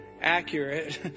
Accurate